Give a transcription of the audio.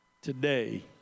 Today